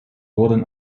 wurden